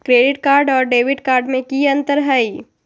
Credit card और debit card में की अंतर हई?